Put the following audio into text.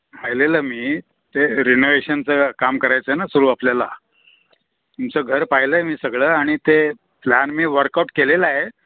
पाहिलेलं मी ते रिनोवेशनचं काम करायचं आहे ना सुरू आपल्याला तुमचं घर पाहिलं आहे मी सगळं आणि ते प्लॅन मी वर्कआउट केलेलं आहे